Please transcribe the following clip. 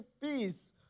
peace